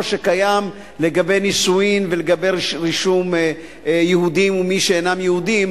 שקיים לגבי נישואין ולגבי רישום יהודים ומי שאינם יהודים.